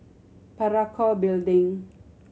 Parakou Building